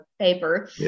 paper